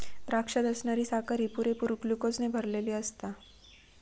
द्राक्षात असणारी साखर ही पुरेपूर ग्लुकोजने भरलली आसता